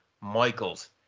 Michaels